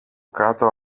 κάτω